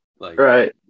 Right